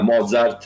Mozart